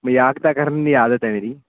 ਮਜ਼ਾਕ ਤਾਂ ਕਰਨ ਦੀ ਆਦਤ ਹੈ ਮੇਰੀ